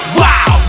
wow